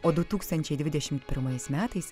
o du tūkstančiai dvidešimt pirmais metais